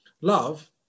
love